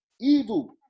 evil